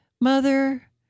Mother